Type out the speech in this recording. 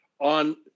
on